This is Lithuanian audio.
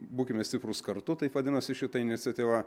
būkime stiprūs kartu taip vadinasi šita iniciatyva